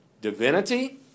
divinity